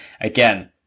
Again